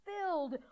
Filled